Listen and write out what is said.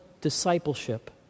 discipleship